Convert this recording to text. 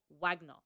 Wagner